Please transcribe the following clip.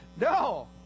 no